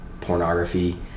pornography